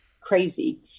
crazy